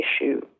issue